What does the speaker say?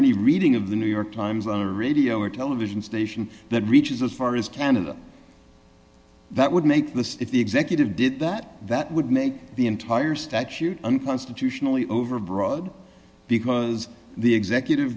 any reading of the new york times on a radio or television station that reaches as far as canada that would make this if the executive did that that would make the entire statute unconstitutionally overbroad because the executive